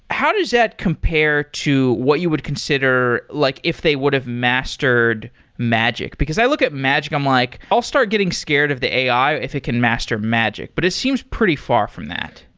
how does that compare to what you would consider like if they would've mastered magic? because i look at magic and i'm like i'll start getting scared of the ai if it can master magic, but it seems pretty far from that.